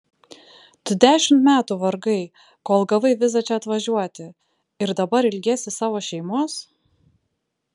tu dešimt metų vargai kol gavai vizą čia atvažiuoti ir dabar ilgiesi savo šeimos